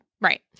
Right